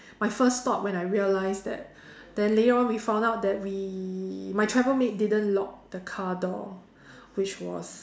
my first thought when I realised that then later on we found out that we my travel mate didn't lock the car door which was